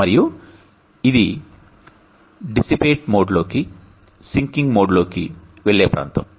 మరియు ఇది వెదజల్లేమోడ్ లోకి సింకింగ్ మోడ్కు వెళ్లే ప్రాంతం